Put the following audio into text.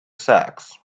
sax